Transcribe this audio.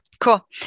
cool